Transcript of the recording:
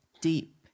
deep